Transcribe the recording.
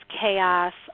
chaos